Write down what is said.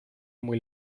muy